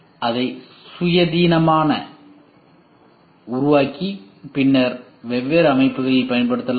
அதை சுயாதீனமாக உருவாக்கி பின்னர் வெவ்வேறு அமைப்புகளில் பயன்படுத்தலாம்